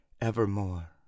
evermore